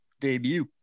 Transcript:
debut